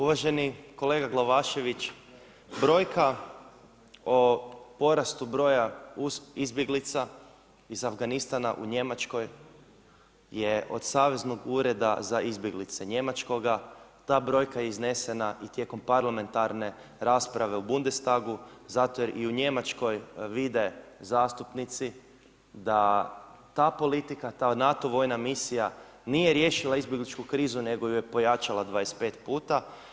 Uvaženi kolega Glavašević, brojka, o porastu broja uz izbjeglica iz Afganistana u Njemačkoj je od saveznog ureda za izbjeglice njemačkoga, ta brojka iznesena i tijekom parlamentarne rasprave u Bundestagu zato jer i u Njemačkoj vide zastupnici, da ta politika, ta NATO vojna misija, nije riješila izbjegličku krizu nego ju je pojačala 25 puta.